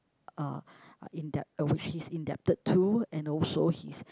uh indebt~ which he's indebted to and also he's